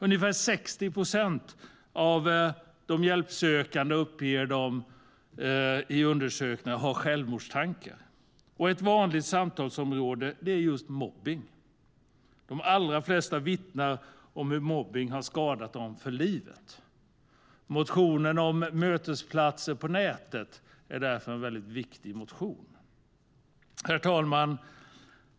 Ungefär 60 procent av de hjälpsökande uppger i undersökningar att de har självmordstankar. Ett vanligt samtalsområde är just mobbning. De allra flesta vittnar om hur mobbning har skadat dem för livet. Motionen om mötesplatser på nätet är därför en väldigt viktig motion. Herr talman!